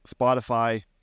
Spotify